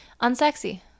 unsexy